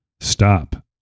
Stop